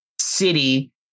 City